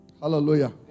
hallelujah